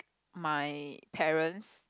my parents